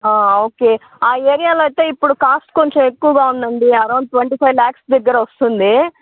okay ఆ ఏరియాలో అయితే ఇప్పుడు కాస్ట్ కొంచం ఎక్కువుగా ఉందండి అరౌండ్ ట్వంటీ ఫైవ్ లాక్స్ దగ్గర వస్తుంది